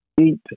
eat